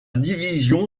division